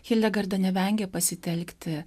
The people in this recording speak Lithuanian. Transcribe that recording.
hildegarda nevengė pasitelkti